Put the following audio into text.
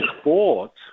sports